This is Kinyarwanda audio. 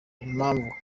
impamvu